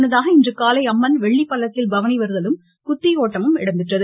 முன்னதாக இன்றுகாலை அம்மன் வெள்ளி பள்ளக்கில் பவனி வருதலும் குத்தியோட்டமும் இடம்பெற்றது